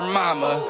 mama